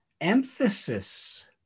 emphasis